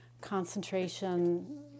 concentration